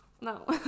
No